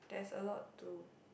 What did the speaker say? there's a lot to